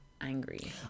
Angry